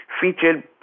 featured